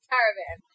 Caravan